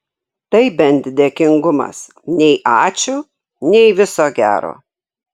tai bent dėkingumas nei ačiū nei viso gero